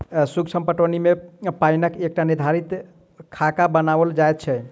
सूक्ष्म पटौनी मे पाइपक एकटा निर्धारित खाका बनाओल जाइत छै